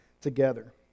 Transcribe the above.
together